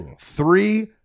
Three